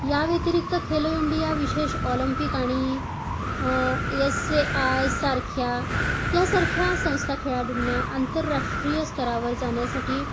या व्यतिरिक्त खेलो इंडिया विशेष ऑलम्पिक आणि एस ए आयसारख्या यासारख्या संस्था खेळाडूंना आंतरराष्ट्रीय स्तरावर जाण्यासाठी